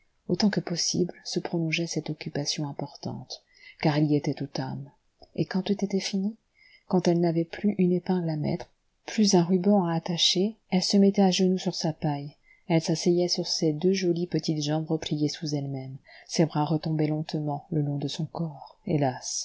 autant que possible se prolongeait cette occupation importante car elle y était tout âme et quand tout était fini quand elle n'avait plus une épingle à mettre plus un ruban à attacher elle se mettait à genoux sur sa paille elle s'asseyait sur ses deux jolies petites jambes repliées sous elle-même ses bras retombaient lentement le long de son corps